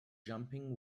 jumping